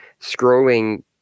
scrolling